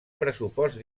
pressupost